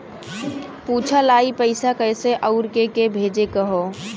पूछल जाई पइसा कैसे अउर के के भेजे के हौ